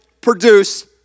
produce